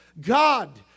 God